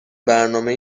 برنامه